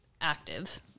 active